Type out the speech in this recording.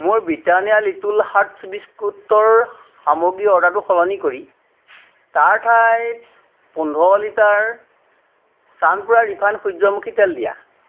মোৰ Britannia little hearts বিস্কুটৰ সামগ্ৰীৰ অৰ্ডাৰটো সলনি কৰি তাৰ ঠাইত পোন্ধৰ লিটাৰ চানপুৰা ৰিফাইণ্ড সূৰ্য্যমুখী তেল দিয়া